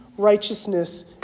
righteousness